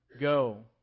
go